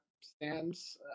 stands